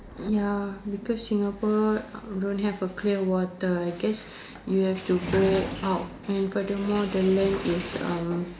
ya because Singapore don't have a clear water I guess you have to go out and furthermore the land is uh